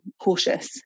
cautious